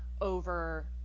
over